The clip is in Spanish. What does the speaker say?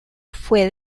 fue